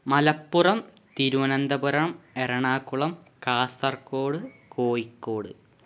Malappuram Thiruvananthapuram Ernakulam Kasaragod Kozhikode